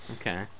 okay